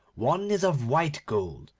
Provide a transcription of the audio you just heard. one is of white gold,